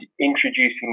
introducing